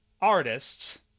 artists